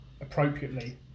appropriately